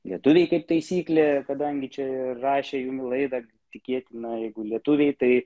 lietuviai kaip taisyklė kadangi čia rašė jų laida tikėtina jeigu lietuviai tai